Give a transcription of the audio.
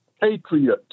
Patriot